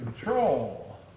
control